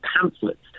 pamphlets